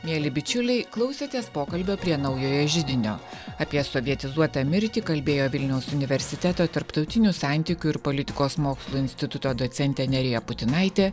mieli bičiuliai klausėtės pokalbio prie naujojo židinio apie sovietizuotą mirtį kalbėjo vilniaus universiteto tarptautinių santykių ir politikos mokslų instituto docentė nerija putinaitė